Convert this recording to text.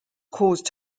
caused